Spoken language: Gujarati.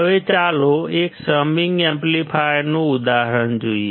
હવે ચાલો એક સમિંગ એમ્પ્લીફાયરનું ઉદાહરણ જોઈએ